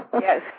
Yes